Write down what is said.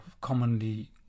commonly